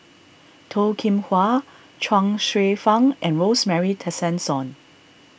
Toh Kim Hwa Chuang Hsueh Fang and Rosemary Tessensohn